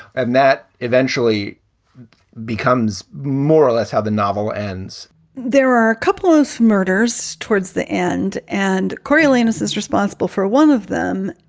and that eventually becomes more or less how the novel ends there are a couple of these murders towards the end and coriolanus is responsible for one of them.